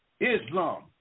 Islam